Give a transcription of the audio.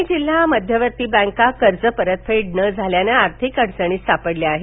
काही जिल्हा मध्यवर्ती बँका कर्ज परतफेड न झाल्यानं आर्थिक अडचणीत सापडल्या आहेत